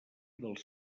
dels